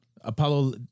apollo